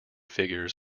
figures